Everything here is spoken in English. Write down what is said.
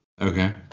Okay